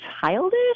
childish